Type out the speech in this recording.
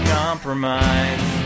compromise